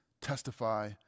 testify